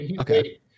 Okay